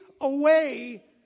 away